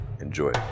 Enjoy